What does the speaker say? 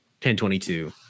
1022